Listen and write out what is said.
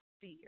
fear